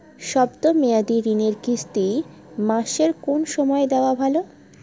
শব্দ মেয়াদি ঋণের কিস্তি মাসের কোন সময় দেওয়া ভালো?